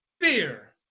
fear